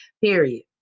period